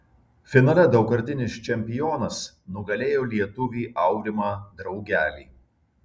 finale daugkartinis čempionas nugalėjo lietuvį aurimą draugelį